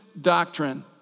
doctrine